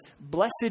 Blessed